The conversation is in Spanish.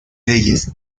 leyes